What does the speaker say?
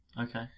Okay